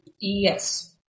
Yes